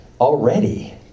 already